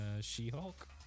She-Hulk